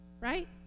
right